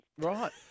Right